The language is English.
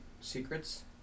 secrets